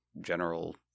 general